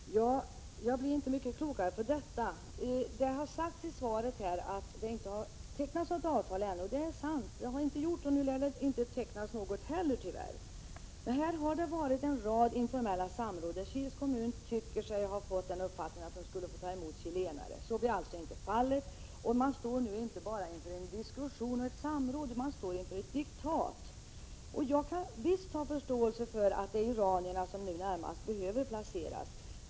Herr talman! Jag blir inte mycket klokare av vad som nu har sagts. Det står i svaret att det ännu inte har tecknats något avtal. Det är sant, och nu lär det inte heller komma att tecknas något! Det har förekommit en rad informella samråd med invandrarverket, vid vilka representanterna för Kils kommun har fått uppfattningen att Kil skulle få ta emot chilenare. Så blir alltså inte fallet. Nu står man således inte inför diskussion och samråd utan inför diktat! Visst kan jag förstå att det nu närmast är iranierna som behöver placeras.